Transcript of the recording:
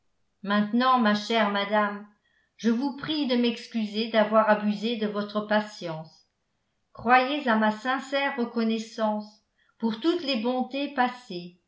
maintenant ma chère madame je vous prie de m'excuser d'avoir abusé de votre patience croyez à ma sincère reconnaissance pour toutes les bontés passées